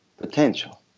potential